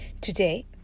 Today